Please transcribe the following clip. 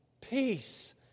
Peace